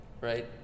right